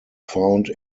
found